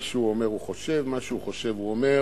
מה שהוא אומר הוא חושב, מה שהוא חושב הוא אומר,